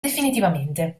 definitivamente